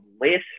list